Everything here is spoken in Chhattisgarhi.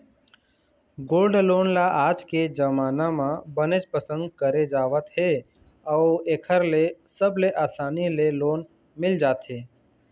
गोल्ड लोन ल आज के जमाना म बनेच पसंद करे जावत हे अउ एखर ले सबले असानी ले लोन मिल जाथे